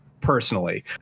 personally